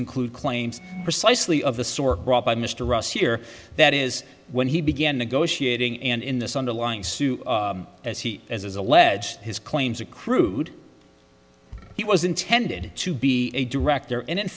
include claims precisely of the sort brought by mr ross here that is when he began negotiating and in this underlying sue as he as is alleged his claims accrued he was intended to be a director and in